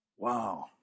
Wow